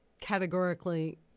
categorically